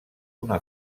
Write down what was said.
una